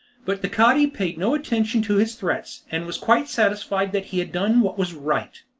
but the cadi paid no attention to his threats, and was quite satisfied that he had done what was right.